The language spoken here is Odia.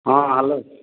ହଁ ହାଲୋ